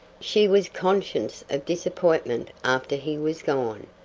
she was conscious of disappointment after he was gone.